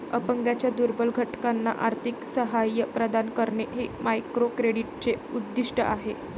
अपंगांच्या दुर्बल घटकांना आर्थिक सहाय्य प्रदान करणे हे मायक्रोक्रेडिटचे उद्दिष्ट आहे